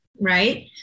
right